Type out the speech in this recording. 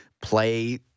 play